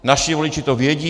Naši voliči to vědí.